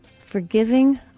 forgiving